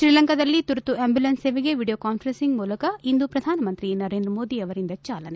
ಶ್ರೀಲಂಕಾದಲ್ಲಿ ತುರ್ತು ಆಂಬ್ಲುಲೆನ್ಸ್ ಸೇವೆಗೆ ವೀಡಿಯೋ ಕಾಸ್ವೆರೆನ್ಸಿಂಗ್ ಮೂಲಕ ಇಂದು ಪ್ರಧಾನಮಂತ್ರಿ ಮೋದಿ ಅವರಿಂದ ಚಾಲನೆ